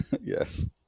Yes